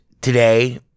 today